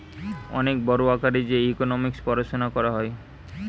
অনেক বড় আকারে যে ইকোনোমিক্স পড়াশুনা করা হয়